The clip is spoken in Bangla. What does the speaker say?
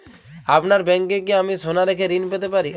আপনার ব্যাংকে কি আমি সোনা রেখে ঋণ পেতে পারি?